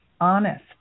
honest